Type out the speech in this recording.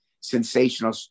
sensational